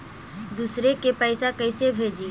दुसरे के पैसा कैसे भेजी?